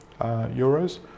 euros